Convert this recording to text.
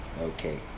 Okay